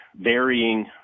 varying